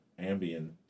Ambien